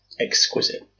exquisite